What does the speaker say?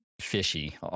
fishy